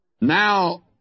Now